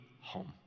home